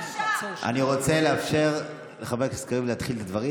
אני רוצה לאפשר לחבר הכנסת קריב להתחיל את הדברים.